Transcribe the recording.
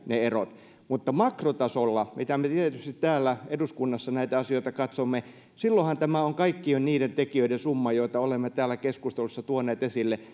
mutta makrotasolla miten me tietysti täällä eduskunnassa näitä asioita katsomme tämä kaikki on jo niiden tekijöiden summa joita olemme täällä keskustelussa tuoneet esille